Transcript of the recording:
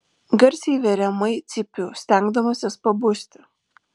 garsiai veriamai cypiu stengdamasis pabusti